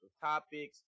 topics